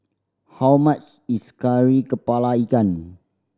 how much is Kari Kepala Ikan